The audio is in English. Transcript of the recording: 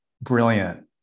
brilliant